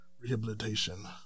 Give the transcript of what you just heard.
rehabilitation